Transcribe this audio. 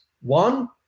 One